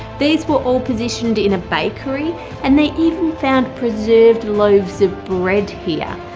these were all positioned in a bakery and they even found preserved loaves of bread here.